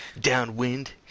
Downwind